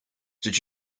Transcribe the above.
did